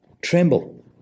tremble